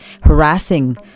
harassing